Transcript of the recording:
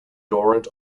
durant